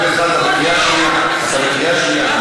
חבר הכנסת חזן, אתה בקריאה שנייה.